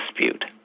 dispute